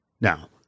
Now